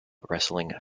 wrestling